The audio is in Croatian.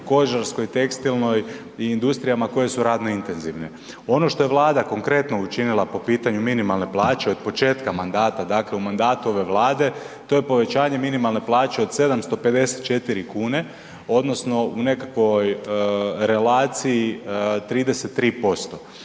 kožarskoj, tekstilnoj i industrijama koje su radno intenzivne. Ono što je Vlada konkretno učinila po pitanju minimalne plaće od početka mandata, dakle u mandatu ove Vlade, to je povećanje minimalne plaće od 754 kune, odnosno u nekakvoj relaciji 33%.